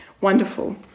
Wonderful